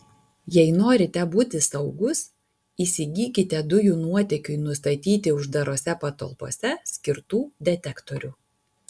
jei norite būti saugūs įsigykite dujų nuotėkiui nustatyti uždarose patalpose skirtų detektorių